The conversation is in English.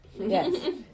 Yes